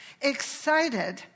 excited